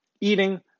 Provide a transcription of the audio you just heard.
eating